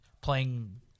playing